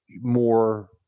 more